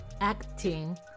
acting